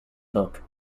book